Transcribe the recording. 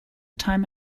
time